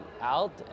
out